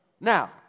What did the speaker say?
Now